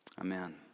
amen